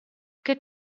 che